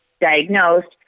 diagnosed